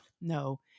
No